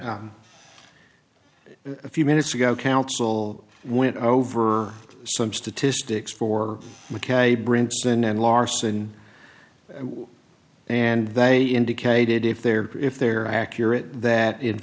so a few minutes ago council went over some statistics for mackay brinson and larson and they indicated if they're if they're accurate that in